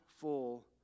full